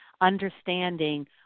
understanding